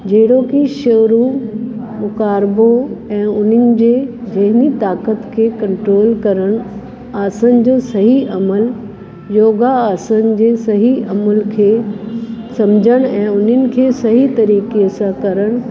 जहिड़ो कि शुरू पुकारबो ऐं उन्हनि जे ज़हनी ताक़त खे कंट्रोल करणु आसन जो सही अमल योगा आसन जे सही अमुल खे सम्झनि ऐं उन्हनि खे सही तरीक़े सां करणु